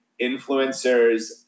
influencers